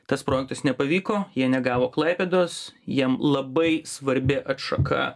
tas projektas nepavyko jie negavo klaipėdos jiem labai svarbi atšaka